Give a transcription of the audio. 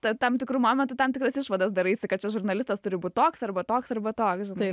ta tam tikru momentu tam tikras išvadas daraisi kad čia žurnalistas turi būti toks arba toks arba toks žinai